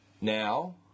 Now